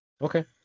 Okay